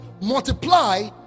multiply